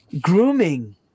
grooming